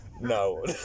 No